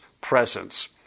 presence